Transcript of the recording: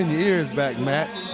ears back, matt.